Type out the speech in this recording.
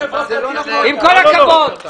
עם כל הכבוד,